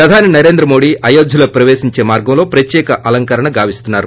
ప్రధానమంత్రి నరేంద్ర మోడీ అయోధ్యలో ప్రపేశించే మార్గంలో ప్రత్యేక అలంకరణ చేస్తున్నారు